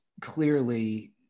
clearly